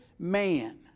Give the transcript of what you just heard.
Man